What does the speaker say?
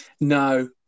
No